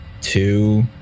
two